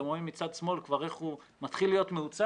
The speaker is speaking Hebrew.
אתם רואים מצד שמאל כבר איך הוא מתחיל להיות מעוצב.